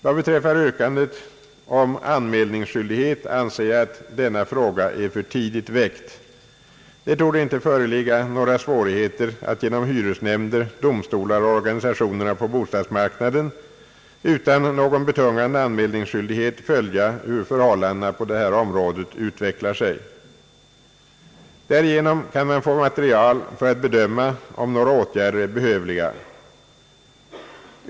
Vad beträffar yrkandet om anmälningsskyldighet anser jag att denna fråga är för tidigt väckt. Det torde inte föreligga några svårigheter att genom hyresnämnder, domstolar och organisationer på bostadsmarknaden utan någon betungande anmälningsskyldighet följa, hur förhållandena på detta område utvecklar sig. Därigenom kan man få material för att bedöma om några åtgärder är behövliga.